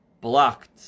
blocked